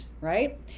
right